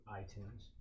iTunes